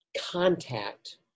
contact